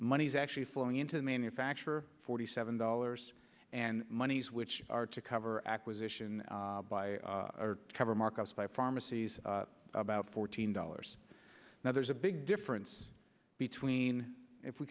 money is actually flowing into the manufacture forty seven dollars and moneys which are to cover acquisition by cover markets by pharmacies about fourteen dollars now there's a big difference between if we